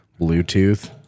Bluetooth